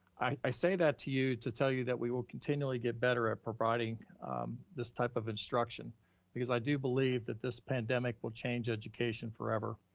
i say that to you to tell you that we will continually get better at providing this type of instruction because i do believe that this pandemic will change education forever.